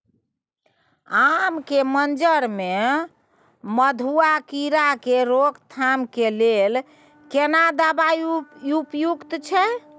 आम के मंजर में मधुआ कीरा के रोकथाम के लेल केना दवाई उपयुक्त छै?